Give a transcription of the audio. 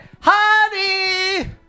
Honey